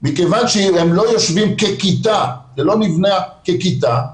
מכיוון שהם לא יושבים ככיתה וזה לא מבנה של כיתה,